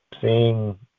seeing